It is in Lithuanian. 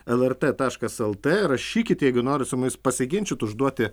lrt taškas lt rašykit jeigu norit su mumis pasiginčyt užduoti